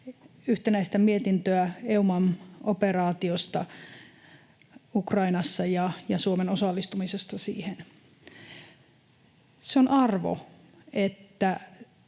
yhtenäistä mietintöä EUMAM-operaatiosta Ukrainassa ja Suomen osallistumisesta siihen. Se on arvo, että